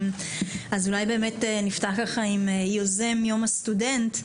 נפתח עם יוזם יום הסטודנט,